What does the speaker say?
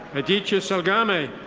aditya salgame.